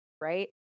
Right